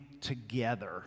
together